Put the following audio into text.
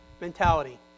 mentality